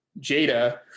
Jada